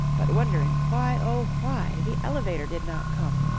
but wondering why, oh, why! the elevator did not come,